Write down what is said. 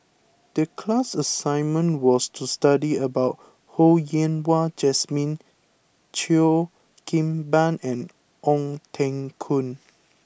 the class assignment was to study about Ho Yen Wah Jesmine Cheo Kim Ban and Ong Teng Koon